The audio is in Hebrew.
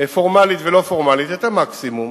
פורמלית ולא פורמלית, את המקסימום